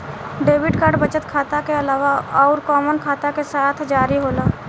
Debit card बचत खाता के अलावा अउरकवन खाता के साथ जारी होला?